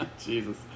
Jesus